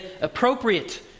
appropriate